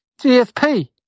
GSP